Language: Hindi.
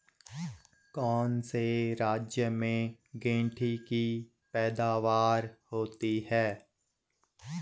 कौन से राज्य में गेंठी की पैदावार होती है?